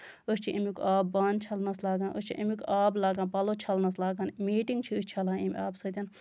أسۍ چھِ اَمیُک آب بانہٕ چھَلنَس لاگان أسۍ چھِ اَمیُک آب لاگان پَلو چھَلنَس لاگان میٹِنگ چھِ أسۍ چھلان اَمہِ آبہٕ سۭتۍ